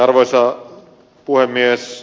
arvoisa puhemies